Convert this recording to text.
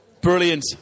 Brilliant